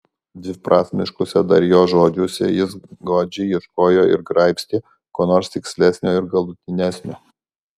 dviprasmiškuose dar jo žodžiuose jis godžiai ieškojo ir graibstė ko nors tikslesnio ir galutinesnio